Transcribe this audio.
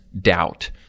doubt